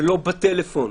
ולא בטלפון,